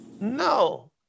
No